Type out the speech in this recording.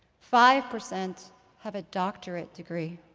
five percent have a doctorate degree.